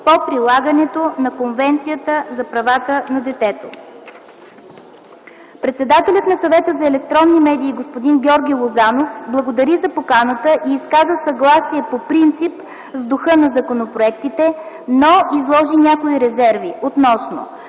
по прилагането на Конвенцията за правата на детето. Председателят на Съвета за електронни медии господин Георги Лозанов благодари за поканата и изказа съгласие по принцип с духа на законопроектите, но изложи някои резерви, относно: